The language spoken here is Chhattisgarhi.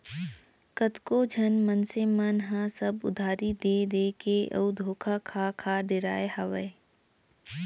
कतको झन मनसे मन ह सब उधारी देय देय के अउ धोखा खा खा डेराय हावय